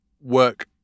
work